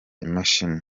imashini